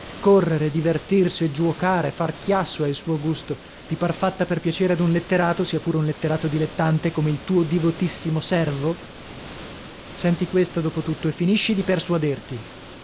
correre divertirsi giuocare far chiasso è il suo gusto ti par fatta per piacere ad un letterato sia pure un letterato dilettante come il tuo divotissimo servo senti questa dopo tutto e finisci di persuaderti